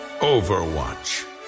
Overwatch